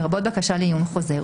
לרבות בקשה לעיון חוזר,